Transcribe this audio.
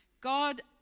God